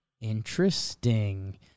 Interesting